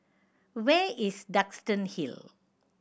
where is Duxton Hill